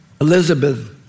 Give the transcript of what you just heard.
Elizabeth